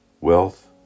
Wealth